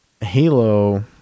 Halo